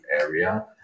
area